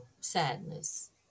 sadness